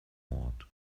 award